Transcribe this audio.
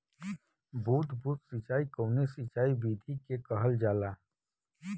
बूंद बूंद सिंचाई कवने सिंचाई विधि के कहल जाला?